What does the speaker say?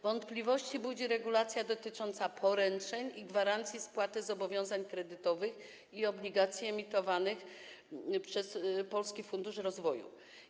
Wątpliwości też budzi regulacja dotycząca poręczeń i gwarancji spłaty zobowiązań kredytowych i obligacji emitowanych przez Polski Fundusz Rozwoju.